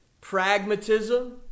pragmatism